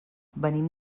venim